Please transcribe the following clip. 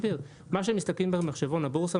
שהם מסתכלים במחשבון הבורסה,